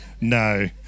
no